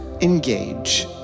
engage